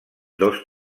dos